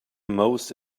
most